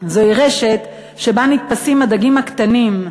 רשת שבה נתפסים הדגים הקטנים,